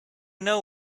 know